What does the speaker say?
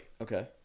okay